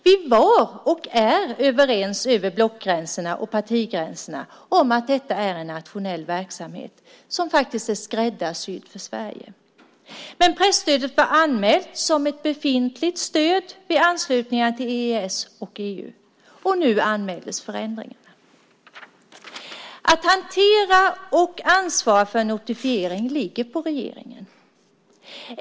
Vi var och är överens över blockgränserna och partigränserna om att detta är en nationell verksamhet som är skräddarsydd för Sverige. Presstödet var anmält som ett befintligt stöd vid anslutningen till EES och EU. Nu anmäldes förändringarna. Att hantera och ansvara för en notifiering ligger på regeringen.